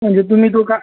म्हणजे तुम्ही दोघा